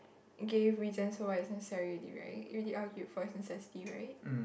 gave reasons so what is necessary already right you already argued for it's necessity right